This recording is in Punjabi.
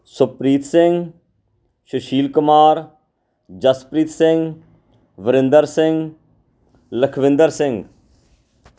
ਸੁਖਪ੍ਰੀਤ ਸਿੰਘ ਸੁਸ਼ੀਲ ਕੁਮਾਰ ਜਸਪ੍ਰੀਤ ਸਿੰਘ ਵਰਿੰਦਰ ਸਿੰਘ ਲਖਵਿੰਦਰ ਸਿੰਘ